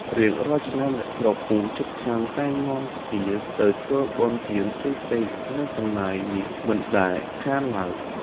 រៀងរាល់ឆ្នាំ អ្នកស្រុកភូមិជិតខាងតែងនាំគ្នាទៅធ្វើបុណ្យទានផ្សេងៗនៅកន្លែងនេះមិនដែលខានឡើយ។